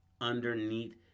underneath